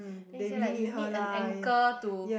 then he say like you need an anger to